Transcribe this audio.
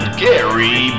gary